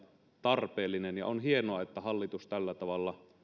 tarpeellinen ja on hienoa että hallitus tällä tavalla